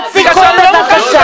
אני יודע,